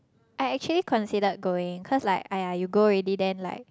I actually considered going cause like !aiya! you go already then like